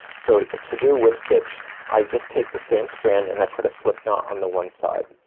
so, to do whip stitch, i just take the same strand and i put a slip knot on the one side.